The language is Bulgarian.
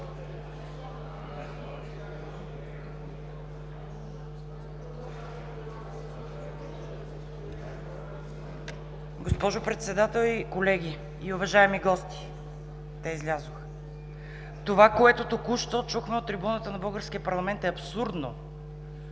Госпожо Председател, колеги, уважаеми гости! Те излязоха. Това, което току-що чухме от трибуната на българския парламент, е абсурдно!